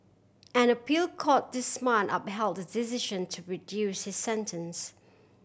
an appeal court this month upheld the decision to reduce his sentence